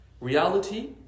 reality